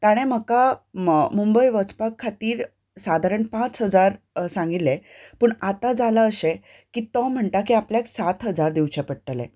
ताणें म्हाका मुंबय वचपा खातीर सादारण पांच हजार सांगिल्लें पूण आतां जालां अशें की तो म्हणटा की आपल्याक सात हजार दिवचे पडटलें